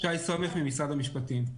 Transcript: שי סומך ממשרד המשפטים.